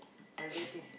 I'll get this